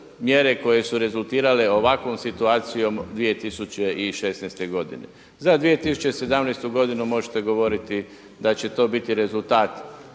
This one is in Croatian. koje su rezultirale ovakvom situacijom 2016. godine. Za 2017. godinu možete govoriti da će to biti rezultat